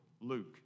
Luke